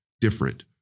different